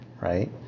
right